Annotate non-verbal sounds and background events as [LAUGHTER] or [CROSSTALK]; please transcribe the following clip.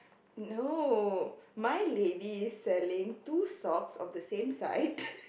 no my lady is selling two socks of the same side [LAUGHS]